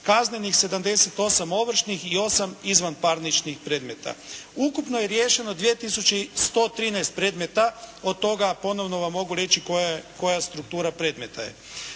kaznenih, 78 ovršnih i 8 izvanparničnih predmeta. Ukupno je riješeno 2113 predmeta. Od toga ponovno vam mogu reći koja je struktura predmeta.